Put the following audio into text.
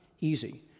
easy